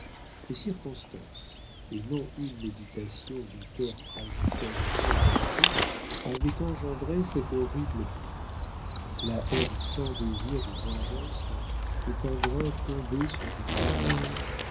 les circonstances et non une méditation d'auteur tragique inventant une intrigue avaient engendré cet horrible plan la haine sans désir de vengeance est un grain tombé sur du granit